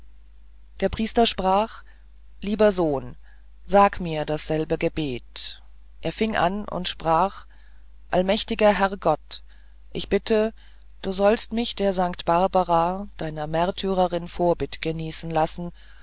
der priester sprach lieber sohn sage mir dasselbe gebet er fing an und sprach allmächtiger herr gott ich bitte du wolltest mich der st barbara deiner märtyrerin vorbitt genießen lassen